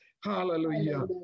Hallelujah